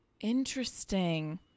Interesting